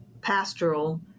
pastoral